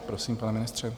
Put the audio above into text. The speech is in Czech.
Prosím, pane ministře.